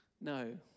No